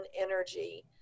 energy